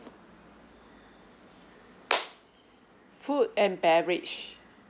food and beverage